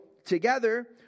Together